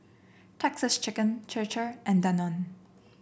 Texas Chicken Chir Chir and Danone